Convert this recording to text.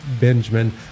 Benjamin